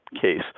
case